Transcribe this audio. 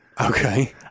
Okay